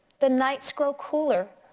the nights grow cooler,